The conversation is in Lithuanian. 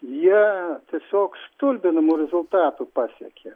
jie tiesiog stulbinamų rezultatų pasiekė